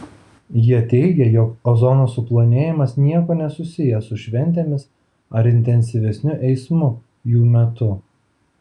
jie teigia jog ozono suplonėjimas niekuo nesusijęs su šventėmis ar intensyvesniu eismu jų metu